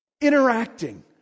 interacting